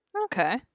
Okay